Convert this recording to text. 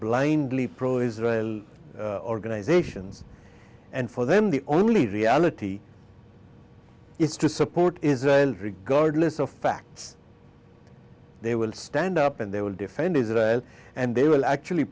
blindly pro israel organizations and for them the only reality is to support israel regardless of facts they will stand up and they will defend israel and they will actually